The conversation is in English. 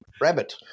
rabbit